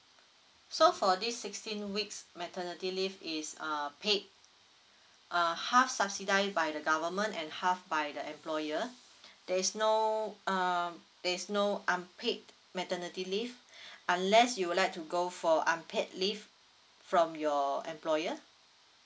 so for this sixteen weeks maternity leave is uh paid uh half subsidised by the government and half by the employer there's no um there's no unpaid maternity leave unless you would like to go for unpaid leave from your employer